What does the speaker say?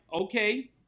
okay